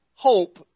Hope